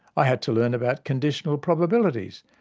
i had to learn about conditional probabilities,